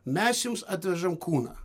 mes jums atvežam kūną